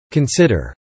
Consider